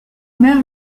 meurt